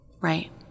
right